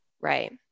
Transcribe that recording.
Right